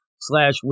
slash